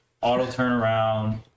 auto-turnaround